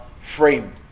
frame